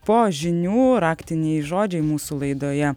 po žinių raktiniai žodžiai mūsų laidoje